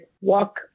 walk